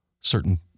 certain